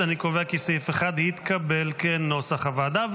אני קובע כי סעיף 1 התקבל כנוסח הוועדה.